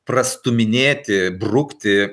prastūminėti brukti